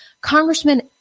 Congressman